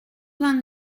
vingt